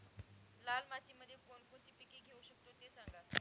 लाल मातीमध्ये कोणकोणती पिके घेऊ शकतो, ते सांगा